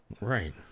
Right